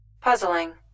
puzzling